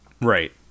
right